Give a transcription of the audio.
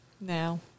now